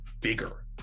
bigger